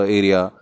area